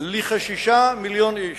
לכ-6 מיליוני איש.